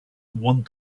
want